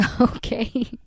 okay